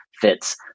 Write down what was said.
fits